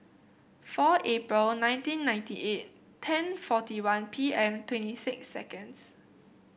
four April nineteen ninety eight ten forty one P M twenty six seconds